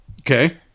Okay